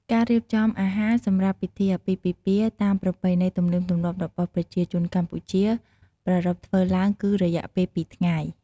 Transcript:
ការរៀបចំអាហារសម្រាប់ពិធីអាពាហ៍ពិពាហ៍ តាមប្រពៃណីទំលៀមទម្លាប់របស់ប្រជាជនកម្ពុជា ប្រារព្ធធ្វើឡើងគឺរយៈពេល២ថ្ងៃ។